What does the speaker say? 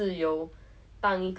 in O levels loh